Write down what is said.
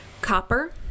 Copper